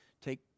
take